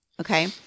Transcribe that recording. okay